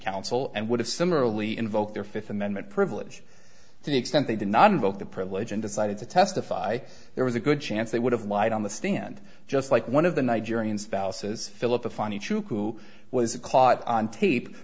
counsel and would have similarly invoked their fifth amendment privilege to the extent they did not invoke the privilege and decided to testify there was a good chance they would have lied on the stand just like one of the nigerians phalluses philip a funny troop who was caught on tape